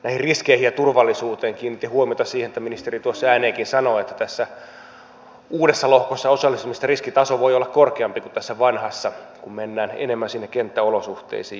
kiinnitin huomiota siihen että ministeri ääneenkin sanoi että tässä uudessa lohkossa osallistumisen riskitaso voi olla korkeampi kuin tässä vanhassa kun mennään enemmän sinne kenttäolosuhteisiin